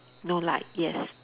no light yes